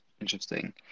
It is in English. interesting